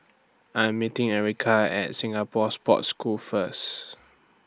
I Am meeting Ericka At Singapore Sports School First